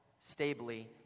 stably